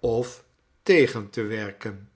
of tegen te werken